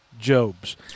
Jobs